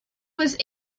was